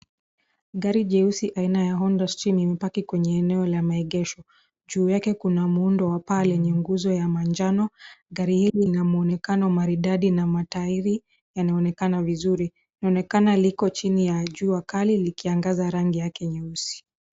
Gari jeusi aina ya Honda Stream imepaki kwenye eneo la maegesho juu yake kuna muundo wa paa lenye nguzo ya manjano. Gari hili lina muonekano maridadi na matayiri yaaonekana vizuri, laonekana liko chini ya jua kali likiangaza rangi yake nyeusi.na linang'aa